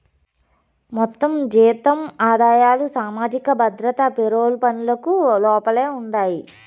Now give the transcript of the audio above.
మొత్తం జీతం ఆదాయాలు సామాజిక భద్రత పెరోల్ పనులకు లోపలే ఉండాయి